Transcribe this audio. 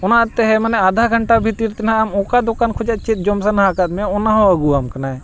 ᱚᱱᱟ ᱛᱮᱦᱟᱸᱜ ᱢᱟᱱᱮ ᱟᱫᱷᱟ ᱜᱷᱚᱱᱴᱟ ᱵᱷᱤᱛᱤᱨ ᱛᱮᱱᱟᱦᱟᱸᱜ ᱟᱢ ᱚᱠᱟ ᱫᱚᱠᱟᱱ ᱠᱷᱚᱱᱟᱜ ᱪᱮᱫ ᱡᱚᱢ ᱥᱟᱱᱟ ᱟᱠᱟᱫ ᱢᱮᱭᱟ ᱚᱱᱟ ᱦᱚᱸ ᱟᱹᱜᱩ ᱟᱢ ᱠᱟᱱᱟᱭ